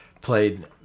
played